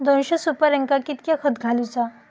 दोनशे सुपार्यांका कितक्या खत घालूचा?